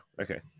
okay